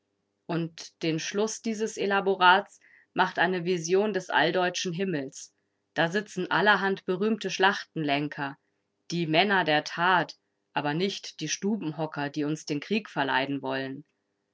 und den schluß dieses elaborats macht eine vision des alldeutschen himmels da sitzen allerhand berühmte schlachtenlenker die männer der tat aber nicht die stubenhocker die uns den krieg verleiden wollen